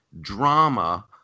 drama